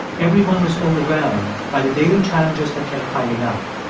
everyone was overwhelmed by the daily challenges that kept piling up.